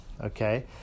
okay